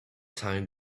time